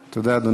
תודה, אדוני.